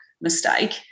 mistake